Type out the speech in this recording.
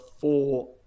four